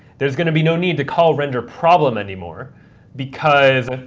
there's going to be no need to call render problem anymore because ah